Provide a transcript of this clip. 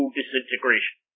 disintegration